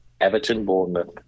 Everton-Bournemouth